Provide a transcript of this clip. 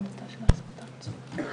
עתרנו נגד תיקון 32,